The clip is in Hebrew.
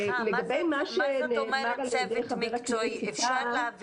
לגבי מה שנאמר על ידי חבר הכנסת טאהא,